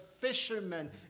fishermen